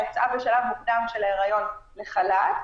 יצאה בשלב מוקדם של ההיריון לחל"ת,